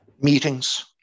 Meetings